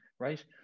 Right